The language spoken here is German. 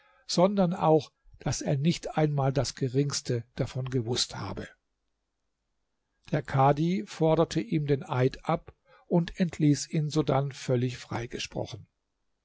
sondern auch daß er nicht einmal das geringste davon gewußt habe der kadhi forderte ihm den eid ab und entließ ihn sodann völlig freigesprochen